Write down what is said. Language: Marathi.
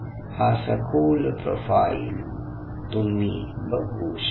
हा सखोल प्रोफाइल तुम्ही बघू शकता